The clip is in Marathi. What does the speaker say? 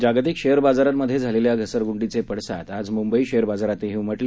जागतिक शेअर बाजारांमधे झालेल्या घसरगुंडीचे पडसाद आज मुंबई शेअर बाजारातही उमटले